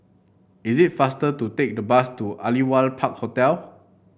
it is faster to take the bus to Aliwal Park Hotel